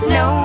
no